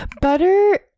Butter